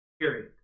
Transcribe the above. Period